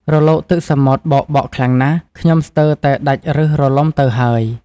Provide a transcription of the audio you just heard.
រលកទឹកសមុទ្របោកបក់ខ្លាំងណាស់ ខ្ញុំស្ទើរតែដាច់ប្ញសរលំទៅហើយ។